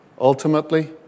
ultimately